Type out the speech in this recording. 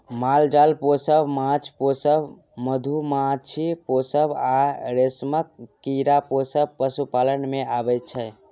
माल जाल पोसब, माछ पोसब, मधुमाछी पोसब आ रेशमक कीरा पोसब पशुपालन मे अबै छै